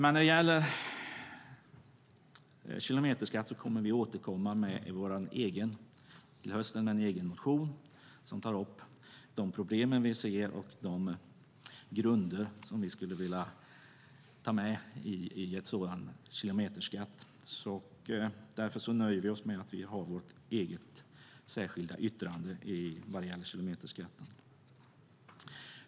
När det gäller kilometerskatt återkommer vi i höst med en egen motion som tar upp de problem som vi ser och de grunder som vi skulle vilja ta med i en sådan kilometerskatt. Därför nöjer vi oss nu med att vi har vårt eget särskilda yttrande vad gäller kilometerskatt.